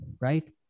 right